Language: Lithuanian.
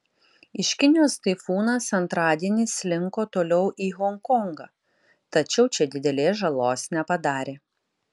iš kinijos taifūnas antradienį slinko toliau į honkongą tačiau čia didelės žalos nepadarė